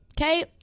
Okay